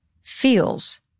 feels